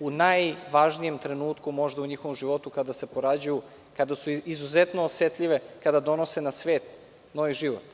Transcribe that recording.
u najvažnijem trenutku u njihovom životu, kada se porađaju, kada su izuzetno osetljivo, kada donose na svet novi život?